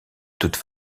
toutes